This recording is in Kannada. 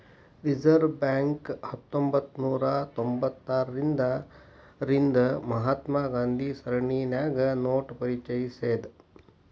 ರಿಸರ್ವ್ ಬ್ಯಾಂಕ್ ಹತ್ತೊಂಭತ್ನೂರಾ ತೊಭತಾರ್ರಿಂದಾ ರಿಂದ ಮಹಾತ್ಮ ಗಾಂಧಿ ಸರಣಿನ್ಯಾಗ ನೋಟ ಪರಿಚಯಿಸೇದ್